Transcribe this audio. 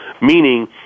Meaning